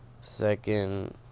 Second